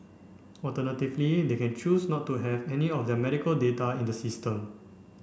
alternatively they can choose not to have any of their medical data in the system